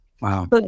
Wow